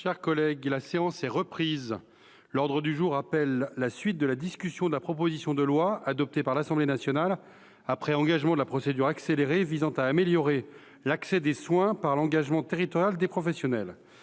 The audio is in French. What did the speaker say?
des scrutins concernés. L’ordre du jour appelle la suite de la discussion de la proposition de loi, adoptée par l’Assemblée nationale après engagement de la procédure accélérée, visant à améliorer l’accès aux soins par l’engagement territorial des professionnels